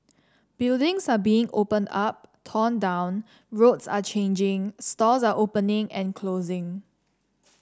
buildings are being opened up torn down roads are changing stores are opening and closing